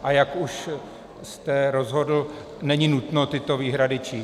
A jak už jste rozhodl, není nutno tyto výhrady číst.